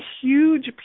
huge